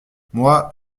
moi